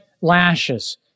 lashes